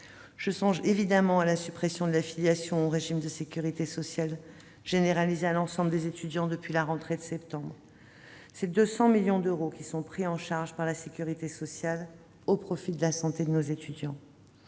Je pense évidemment à la suppression de l'affiliation au régime de la sécurité sociale des étudiants, généralisée à l'ensemble des étudiants depuis la rentrée de septembre. Près de 200 millions d'euros sont dorénavant pris en charge par la sécurité sociale au profit de la santé de nos étudiants.